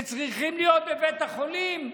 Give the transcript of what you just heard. שצריכים להיות בבית החולים,